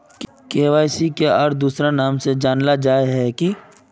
KYC के आर दोसरा नाम से जानले जाहा है की?